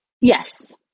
Yes